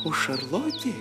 o šarlotė